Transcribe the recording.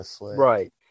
Right